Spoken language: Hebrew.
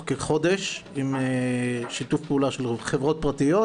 כחודש עם שיתוף פעולה של חברות פרטיות,